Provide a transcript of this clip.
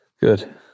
Good